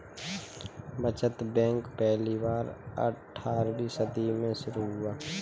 बचत बैंक पहली बार अट्ठारहवीं सदी में शुरू हुआ